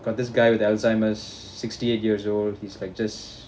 got this guy with alzheimer's sixty eight years old he's like just